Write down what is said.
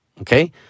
Okay